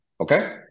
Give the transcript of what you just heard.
Okay